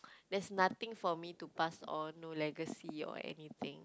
there's nothing for me to pass on no legacy or anything